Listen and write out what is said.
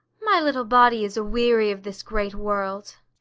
my little body is aweary of this great world.